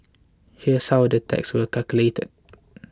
here's how the tax will calculated